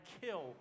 kill